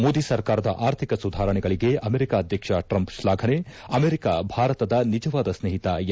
ಮೋದಿ ಸರ್ಕಾರದ ಅರ್ಥಿಕ ಸುಧಾರಣೆಗಳಿಗೆ ಅಮೆರಿಕ ಅಧ್ಯಕ್ಷ ಟ್ರಂಪ್ ಶ್ವಾಫನೆ ಅಮೆರಿಕ ಭಾರತದ ನಿಜವಾದ ಸ್ನೇಹಿತ ಎಂದು ಹೇಳಿಕೆ